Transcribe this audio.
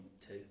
two